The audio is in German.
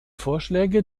vorschläge